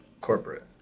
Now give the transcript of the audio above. corporate